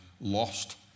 lost